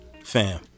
Fam